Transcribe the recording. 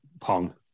pong